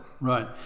Right